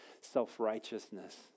self-righteousness